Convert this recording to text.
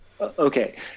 okay